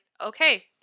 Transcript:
okay